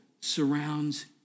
surrounds